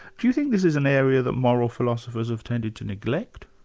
do you think this is an area that moral philosophers have tended to neglect?